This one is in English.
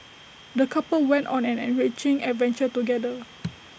the couple went on an enriching adventure together